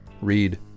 Read